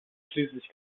schließlich